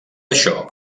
això